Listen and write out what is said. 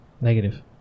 Negative